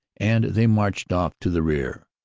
and they marched off to the rear.